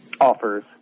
offers